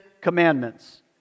commandments